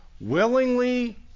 Willingly